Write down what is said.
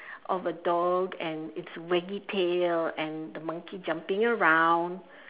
of a dog and its waggy tail and the monkey jumping around